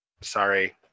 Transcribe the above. Sorry